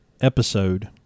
episode